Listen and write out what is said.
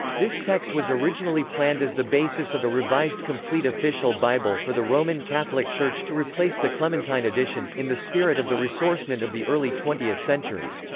this text was originally planned as the basis of a revised complete official bible for the roman catholic church to replace the clementine edition, in the spirit of the ressourcement of the early twentieth century.